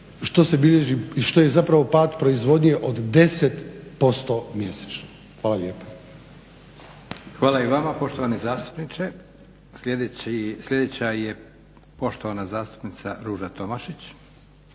što je pad proizvodnje od 10% mjesečno. Hvala lijepa. **Leko, Josip (SDP)** Hvala i vama poštovani zastupniče. Sljedeća je poštovana zastupnica Ruža Tomašić.